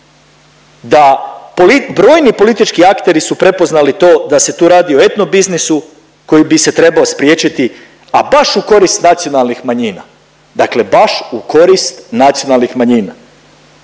da brojni politički ageri su prepoznali to da se tu radi o etno biznisu koji bi se trebao spriječiti, a baš u korist nacionalnih manjina, dakle baš u korist nacionalnih manjina.